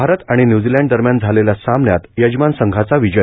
भारत आणि न्य्झिलंड दरम्यान झालेल्या सामन्यात यजमान संघाचा विजय